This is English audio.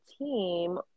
team